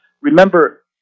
Remember